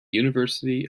university